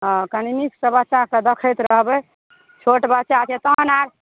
हँ कनी नीकसँ बच्चाके देखैत रहबै छोट बच्चा छै तहन आओर